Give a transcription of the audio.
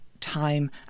time